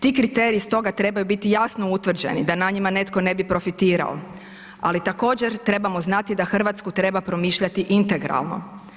Ti kriteriji stoga trebaju biti jasno utvrđeni da na njima netko ne bi profitirao, ali također trebamo znati da Hrvatsku treba promišljati integralno.